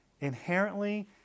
Inherently